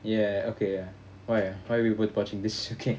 ya okay uh why ah why people poaching this okay